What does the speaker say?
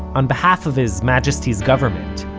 on behalf of his majesty's government,